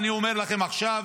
ואני אומר לכם עכשיו